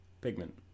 Pigment